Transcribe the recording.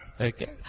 Okay